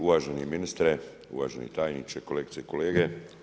Uvaženi ministre, uvaženi tajniče, kolegice i kolege.